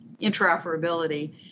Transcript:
interoperability